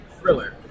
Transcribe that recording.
thriller